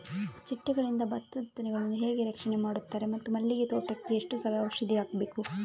ಚಿಟ್ಟೆಗಳಿಂದ ಭತ್ತದ ತೆನೆಗಳನ್ನು ಹೇಗೆ ರಕ್ಷಣೆ ಮಾಡುತ್ತಾರೆ ಮತ್ತು ಮಲ್ಲಿಗೆ ತೋಟಕ್ಕೆ ಎಷ್ಟು ಸಲ ಔಷಧಿ ಹಾಕಬೇಕು?